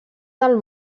del